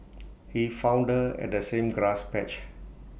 he found her at the same grass patch